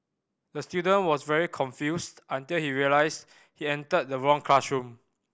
the student was very confused until he realised he entered the wrong classroom